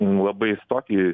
labai stoti į